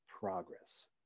progress